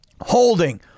Holding